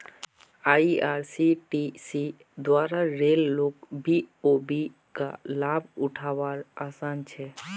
IRCTC द्वारा rail लोक BOB का लाभ उठा वार आसान छे